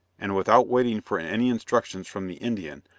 and, without waiting for any instructions from the indian,